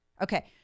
Okay